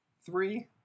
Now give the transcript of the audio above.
three